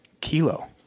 kilo